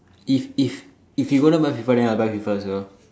if if if you going to buy Fifa then I buy Fifa as well